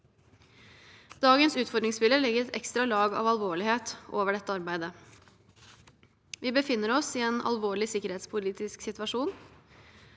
Dagens utfordringsbilde legger et ekstra lag av alvorlighet over dette arbeidet. Vi befinner oss i en alvorlig sikkerhetspolitisk situasjon.